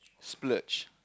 splurge